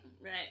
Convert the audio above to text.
Right